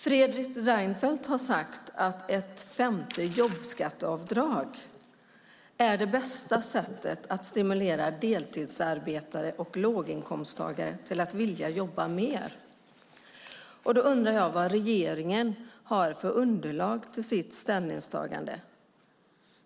Fredrik Reinfeldt har sagt att ett femte jobbskatteavdrag är det bästa sättet att stimulera deltidsarbetare och låginkomsttagare till att vilja jobba mer. Jag undrar vad regeringen har för underlag till sitt ställningstagande.